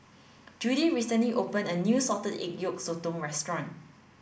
Judie recently open a new salted egg yolk sotong restaurant